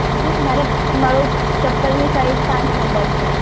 હું કઉ મને મારુ ચપ્પલની સાઈઝ પાંચ નંબર છે